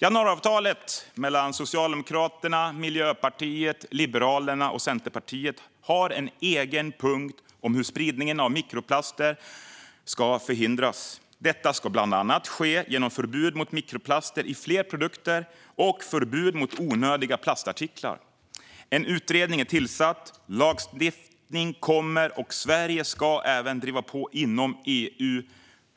Januariavtalet mellan Socialdemokraterna, Miljöpartiet, Liberalerna och Centerpartiet har en egen punkt om hur spridningen av mikroplaster ska förhindras. Det ska bland annat ske genom förbud mot mikroplaster i fler produkter och förbud mot onödiga plastartiklar. En utredning är tillsatt, och lagstiftning kommer. Sverige ska även driva på inom EU